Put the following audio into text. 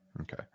Okay